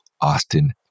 Austin